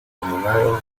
przypominają